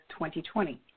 2020